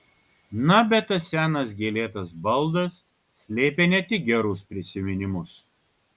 na bet tas senas gėlėtas baldas slėpė ne tik gerus prisiminimus